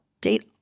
date